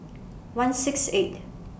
one six eight